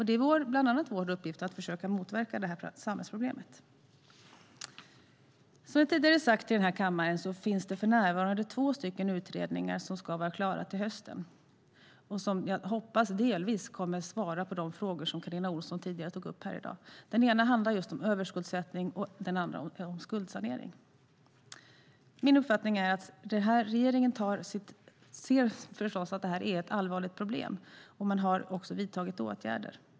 Det är bland annat vår uppgift att försöka motverka detta samhällsproblem. Som jag tidigare sagt här i kammaren finns det för närvarande två utredningar som ska vara klara till hösten och som jag hoppas delvis kommer att svara på de frågor Carina Ohlsson tog upp tidigare. Den ena handlar om just överskuldsättning och den andra om skuldsanering. Min uppfattning är att regeringen ser att det här förstås är ett allvarligt problem och att man har vidtagit åtgärder.